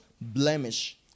blemish